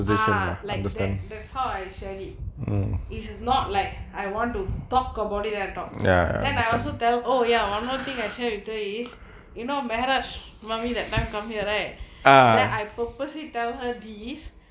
ah like that that's high shady it is not like I want to talk about it I talked then I also tell oh ya one more thing I say with the is you know meharaaj mummy that time come here right the I purposely tell her these